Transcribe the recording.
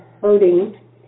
hurting